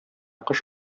кош